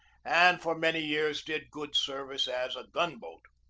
and for many years did good service as a gun-boat.